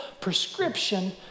prescription